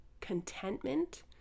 contentment